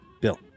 Bill